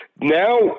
now